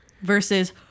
Versus